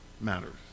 matters